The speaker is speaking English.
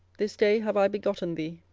this day have i begotten thee.